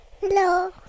Hello